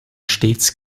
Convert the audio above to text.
stets